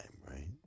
right